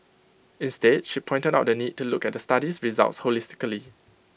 instead she pointed out the need to look at the study's results holistically